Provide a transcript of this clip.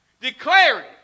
declaring